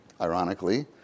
ironically